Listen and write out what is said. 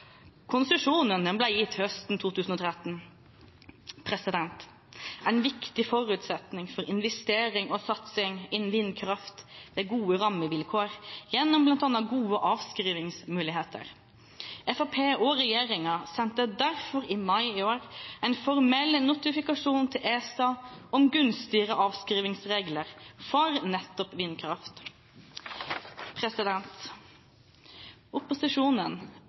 Konsesjonen ble gitt høsten 2013. En viktig forutsetning for investering og satsing innen vindkraft er gode rammevilkår gjennom bl.a. gode avskrivningsmuligheter. Fremskrittspartiet og regjeringen sendte derfor i mai i år en formell notifikasjon til ESA om gunstigere avskrivningsregler for nettopp vindkraft. Opposisjonen